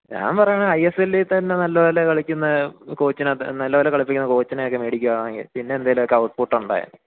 ഞാന് പറയുന്നത് I S എല്ലില്ത്തന്നെ നല്ലപോലെ കളിക്കുന്ന കോച്ചിനെ നല്ലപോലെ കളിപ്പിക്കുന്ന കോച്ചിനെയൊക്കെ മേടിക്കുകയാണെങ്കിൽ പിന്നെ എന്തേലുവൊക്കെ ഔട്ട്പുട്ട് ഉണ്ടായാൽ